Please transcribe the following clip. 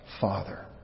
Father